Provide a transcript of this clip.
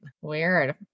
Weird